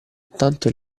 tanto